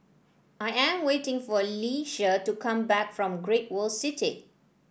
I am waiting for Leisha to come back from Great World City